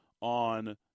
on